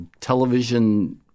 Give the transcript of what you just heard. television